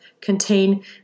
contain